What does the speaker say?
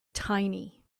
tiny